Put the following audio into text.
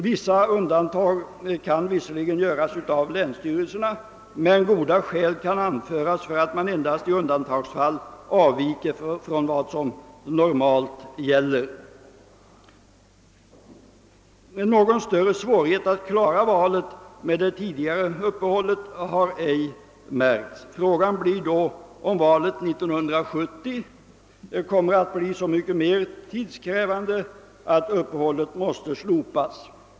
Vissa undantag kan visserligen medges av länsstyrelserna, men goda skäl kan anföras för att man endast i undantagsfall skall avvika från vad som normalt gäller. Någon större svårighet att klara valet med det tidigare uppehållet har ej märkts. Frågan blir då om valet 1970 kommer att bli så mycket mera tidskrävande att uppehållet därför måste slopas.